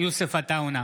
יוסף עטאונה,